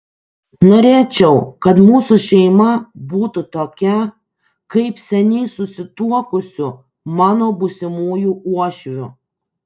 norėčiau kad mūsų šeima būtų tokia kaip seniai susituokusių mano būsimųjų uošvių